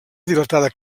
dilatada